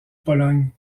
pologne